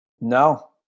No